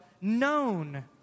known